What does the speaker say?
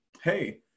hey